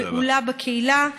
פעולה בקהילה.